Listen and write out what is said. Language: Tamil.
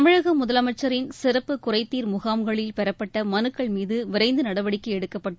தமிழக முதலமைச்சரின் சிறப்பு குறைதீர் முகாம்களில் பெறப்பட்ட மனுக்கள் மீது விரைந்து நடவடிக்கை எடுக்கப்பட்டு